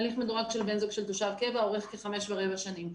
הליך מדורג של בן זוג של תושב קבע אורך כחמש ורבע שנים.